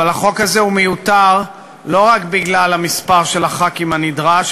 אבל החוק הזה הוא מיותר לא רק בגלל מספר חברי הכנסת הנדרש,